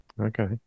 okay